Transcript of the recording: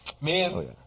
Man